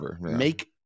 make